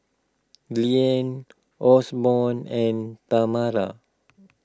Liane Osborn and Tamara